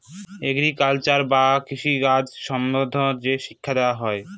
agriculture বা কৃষি কাজ সম্বন্ধে যে শিক্ষা দেওয়া হয়